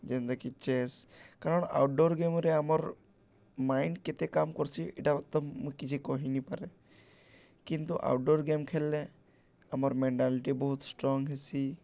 ଯେନ୍ତାକି ଚେସ୍ କାରଣ ଆଉଟ୍ଡ଼ୋର୍ ଗେମ୍ରେ ଆମର୍ ମାଇଣ୍ଡ୍ କେତେ କାମ୍ କର୍ସି ଇଟା ତ ମୁଇଁ କିଛି କହି ନିପାରେ କିନ୍ତୁ ଆଉଟ୍ଡୋର୍ ଗେମ୍ ଖେଲ୍ଲେ ଆମର୍ ମେଣ୍ଟାଲିଟି ବହୁତ୍ ଷ୍ଟ୍ରଙ୍ଗ୍ ହେସି